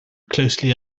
closely